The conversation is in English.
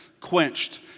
quenched